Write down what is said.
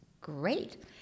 great